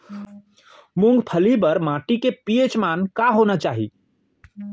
मूंगफली बर माटी के पी.एच मान का होना चाही?